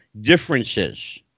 differences